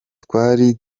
twari